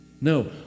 No